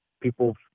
people